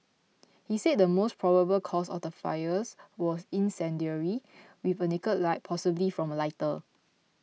he said the most probable cause of the fires was incendiary with a naked light possibly from a lighter